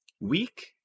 weak